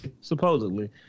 supposedly